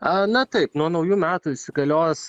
a na taip nuo naujų metų įsigalios